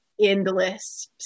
endless